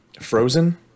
Frozen